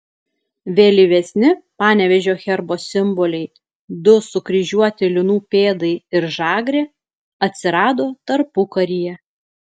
vėlyvesni panevėžio herbo simboliai du sukryžiuoti linų pėdai ir žagrė atsirado tarpukaryje